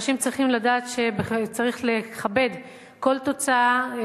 אנשים צריכים לדעת שצריך לכבד כל תוצאה,